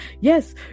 yes